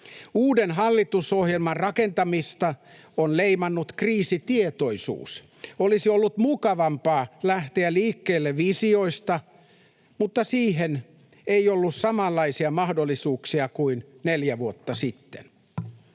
Uuden hallitusohjelman rakentamista on leimannut kriisitietoisuus. Olisi ollut mukavampaa lähteä liikkeelle visioista, mutta siihen ei ollut samanlaisia mahdollisuuksia kuin neljä vuotta sitten.